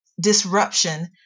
disruption